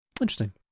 Interesting